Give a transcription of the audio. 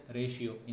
ratio